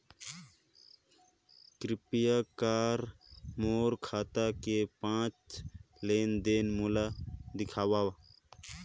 कृपया कर मोर खाता के पांच लेन देन मोला दिखावव